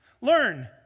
Learn